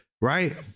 right